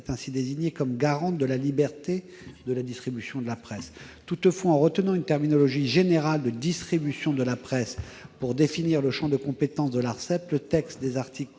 est ainsi désignée comme garante de la liberté de distribution de la presse. Toutefois, en retenant une terminologie générale de distribution de la presse pour définir le champ de compétence de l'Arcep, le texte des articles